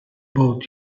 boat